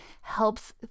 helps